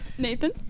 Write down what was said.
Nathan